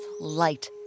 light